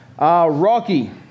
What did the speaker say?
Rocky